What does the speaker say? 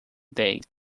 days